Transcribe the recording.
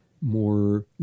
more